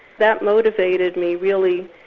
that motivated me really.